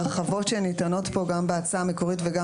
ההרחבות שניתנות פה גם בהצעה המקורית וגם